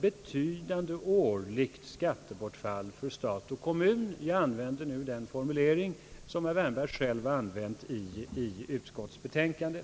betyda ett årligt skattebortfall för stat och kommun — jag använder nu den formulering som herr Wärnberg själv använt i utskottets betänkande.